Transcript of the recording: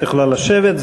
את יכולה לשבת.